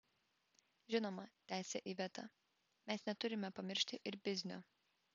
žinoma tęsia iveta mes neturime pamiršti ir biznio